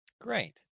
Great